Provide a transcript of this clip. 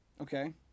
Okay